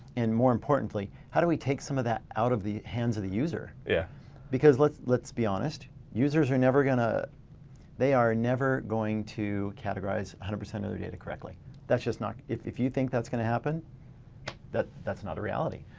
and more importantly how do we take some of that out of the hands of the user? yeah because let's let's be honest users are never gonna, they are never going to categorize one hundred percent of the data correctly that's just not. if if you think that's gonna happen that's not a reality.